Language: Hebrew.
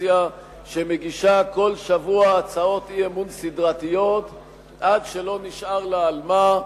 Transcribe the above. אופוזיציה שמגישה כל שבוע הצעות אי-אמון סדרתיות עד שלא נשאר לה על מה,